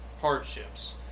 hardships